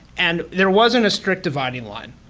and there wasn't a strict dividing line.